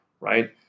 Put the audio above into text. right